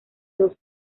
dos